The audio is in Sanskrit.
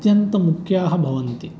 अत्यन्तमुख्याः भवन्ति